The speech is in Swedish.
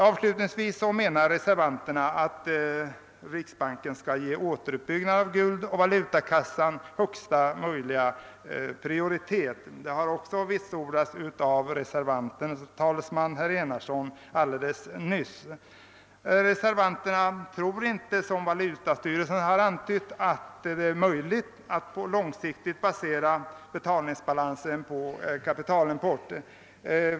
Avslutningsvis menar reservanterna att riksbanken skall ge återuppbyggnaden av guldoch valutakassan högsta möjliga prioritet. Detta har också vitsordats av reservanternas talesman herr Enarsson. Reservanterna tror inte att — som valutastyrelsen antyder — det är möjligt att långsiktigt basera betalningsbalansen på kapitalimport.